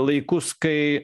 laikus kai